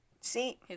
See